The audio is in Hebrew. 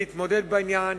להתמודד עם העניין,